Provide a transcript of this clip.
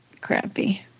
crappy